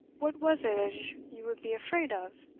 what was it as you would be afraid of?